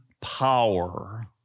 power